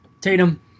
Tatum